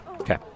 Okay